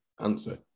answer